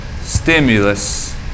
stimulus